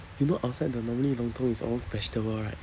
you know outside the normally lontong is all vegetable right